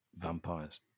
Vampires